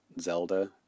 Zelda